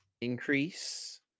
increase